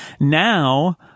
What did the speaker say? now